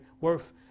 worth